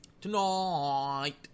Tonight